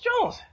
Jones